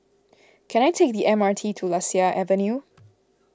can I take the M R T to Lasia Avenue